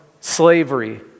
slavery